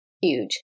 Huge